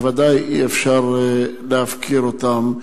ובוודאי אי-אפשר להפקיר אותן,